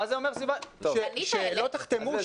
שלא תחתמו.